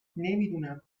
نمیدونم